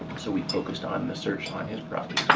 so we focused on the search on his property